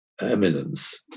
eminence